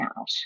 out